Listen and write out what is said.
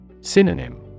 Synonym